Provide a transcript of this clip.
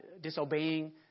disobeying